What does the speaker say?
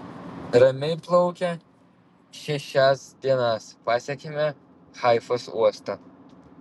ramiai plaukę šešias dienas pasiekėme haifos uostą